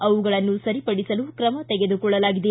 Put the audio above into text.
ಅವುಗಳನ್ನು ಸರಿಪಡಿಸಲು ತ್ರಮ ತೆಗೆದುಕೊಳ್ಳಲಾಗಿದೆ